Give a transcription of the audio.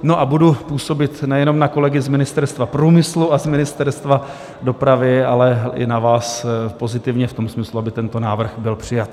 No a budu působit nejenom na kolegy z Ministerstva průmyslu a z Ministerstva dopravy, ale i na vás pozitivně v tom smyslu, aby tento návrh byl přijat.